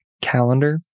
calendar